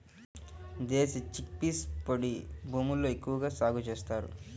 దేశీ chickpeas పొడి భూముల్లో ఎక్కువగా సాగు చేస్తారు